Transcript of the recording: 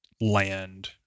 land